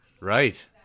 right